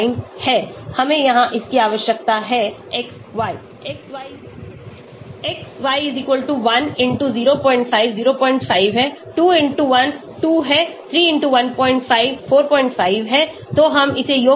हमें यहाँ इसकी आवश्यकता है xy xy 1 05 05 है 2 1 2 है 3 15 45 है तो हम इसे योग करने का प्रयास कर रहे हैं